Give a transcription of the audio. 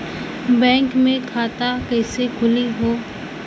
Bank मे खाता कईसे खुली हो?